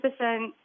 100%